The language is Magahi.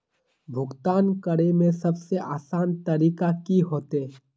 भुगतान करे में सबसे आसान तरीका की होते?